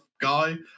guy